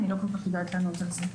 אני לא כל כך יודעת לענות על זה.